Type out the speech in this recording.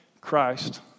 Christ